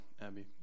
Abby